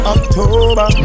October